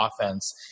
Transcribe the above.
offense